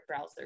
browsers